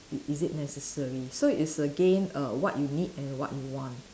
is is it necessary so it's again err what you need and what you want